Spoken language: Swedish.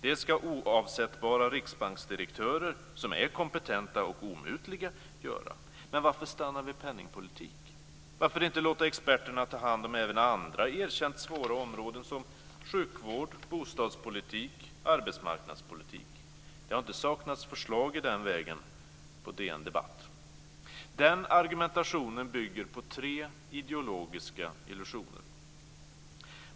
Det ska oavsättbara riksbanksdirektörer som är kompetenta och omutliga göra. Men varför stanna vid penningpolitik? Varför inte låta experterna ta hand om även andra erkänt svåra områden som sjukvård, bostadspolitik och arbetsmarknadspolitik? Det har inte saknats förslag i den vägen på DN Debatt. Den argumentationen bygger på tre ideologiska illusioner.